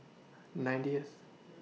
ninetieth